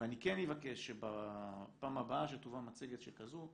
ואני כן אבקש שתובא מצגת שכזו,